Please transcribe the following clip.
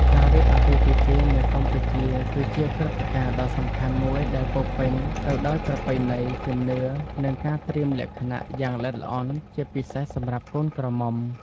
ការរៀបអាពាហ៍ពិពាហ៍នៅកម្ពុជា គឺជាព្រឹត្តិការណ៍ដ៏សំខាន់មួយដែលពោរពេញទៅដោយប្រពៃណី ជំនឿ និងការត្រៀមលក្ខណៈយ៉ាងល្អិតល្អន់ ជាពិសេសសម្រាប់កូនក្រមុំ ។